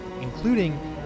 including